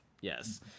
yes